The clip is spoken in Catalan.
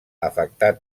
afectar